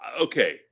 okay